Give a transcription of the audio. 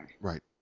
Right